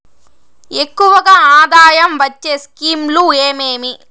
ఎక్కువగా ఆదాయం వచ్చే స్కీమ్ లు ఏమేమీ?